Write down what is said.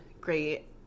great